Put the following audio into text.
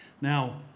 Now